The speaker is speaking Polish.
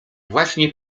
właśnie